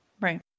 Right